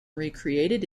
recreated